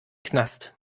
knast